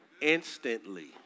Instantly